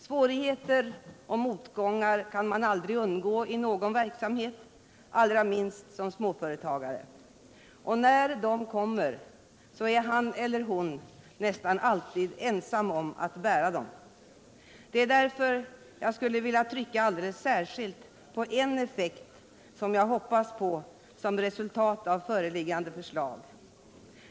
Svårigheter och motgångar kan man aldrig undgå i någon verksamhet, allra minst som småföretagare. Och när de kommer är han eller hon nästan alltid ensam om att bära dem. Det är därför jag skulle vilja trycka alldeles särskilt på en effekt som förhoppningsvis blir resultatet av föreliggande förslag.